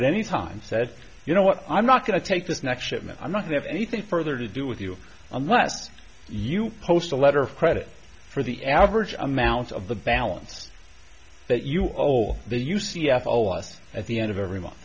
at any time said you know what i'm not going to take this next shipment i'm not to have anything further to do with you unless you post a letter of credit for the average amount of the balance that you all they use c f o us at the end of every month